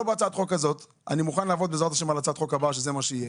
זאת ההסתכלות שלי וזה לא בהצעת החוק הזאת אבל אני חושב שכך צריך להיות.